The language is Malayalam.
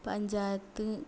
പഞ്ചായത്ത്